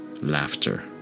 Laughter